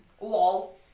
Lol